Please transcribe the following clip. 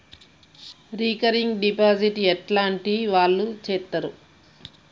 Recurring deposit ఎట్లాంటి వాళ్లు చేత్తరు?